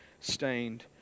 stained